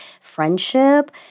friendship